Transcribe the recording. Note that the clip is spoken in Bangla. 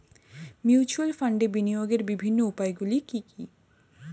মিউচুয়াল ফান্ডে বিনিয়োগের বিভিন্ন উপায়গুলি কি কি?